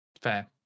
Fair